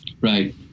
Right